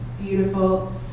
beautiful